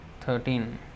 thirteen